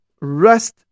rest